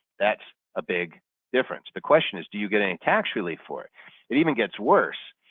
that's a big difference. the question is, do you get any tax relief for it? it even gets worse.